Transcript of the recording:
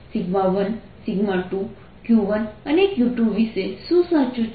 1 2 Q1 અને Q2 વિશે શું સાચું છે